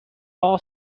all